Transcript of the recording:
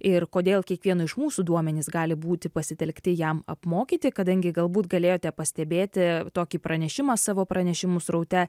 ir kodėl kiekvieno iš mūsų duomenys gali būti pasitelkti jam apmokyti kadangi galbūt galėjote pastebėti tokį pranešimą savo pranešimų sraute